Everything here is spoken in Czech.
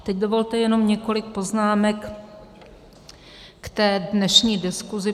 Teď dovolte jenom několik poznámek k té dnešní diskuzi.